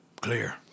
Clear